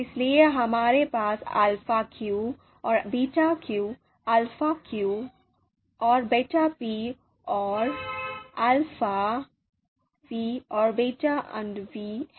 इसीलिए हमारे पास Alpha q और beta q alpha p और beta p और alp v और beta v हैं